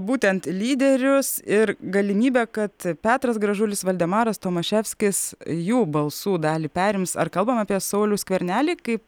būtent lyderius ir galimybę kad petras gražulis valdemaras tomaševskis jų balsų dalį perims ar kalbame apie saulių skvernelį kaip